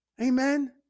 Amen